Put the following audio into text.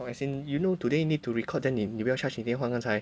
as in you know today need to record then 你你不要 charge 你电话刚才